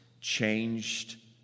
changed